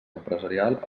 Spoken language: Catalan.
empresarial